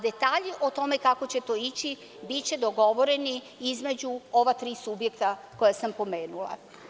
Detalje o tome kako će to ići biće dogovoreni između ova tri subjekta koja sam pomenula.